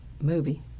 movie